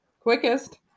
Quickest